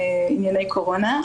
ענייני קורונה.